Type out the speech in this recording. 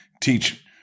teach